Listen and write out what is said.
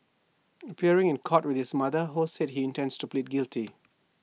appearing in court with his mother ho said he intends to plead guilty